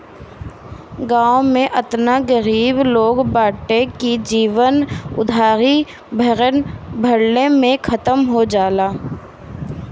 गांव में एतना गरीबी बाटे की लोग के जीवन उधारी भरले में खतम हो जाला